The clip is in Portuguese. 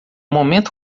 momento